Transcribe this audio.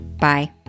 Bye